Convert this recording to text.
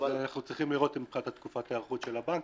לראות מה תקופת ההיערכות של הבנקים.